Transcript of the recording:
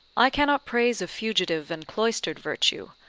i cannot praise a fugitive and cloistered virtue,